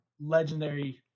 legendary